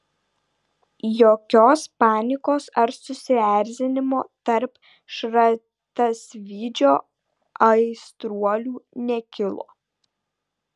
jokios panikos ar susierzinimo tarp šratasvydžio aistruolių nekilo